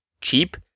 cheap